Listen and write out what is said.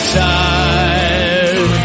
tired